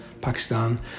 Pakistan